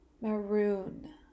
maroon